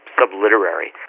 sub-literary